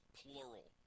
plural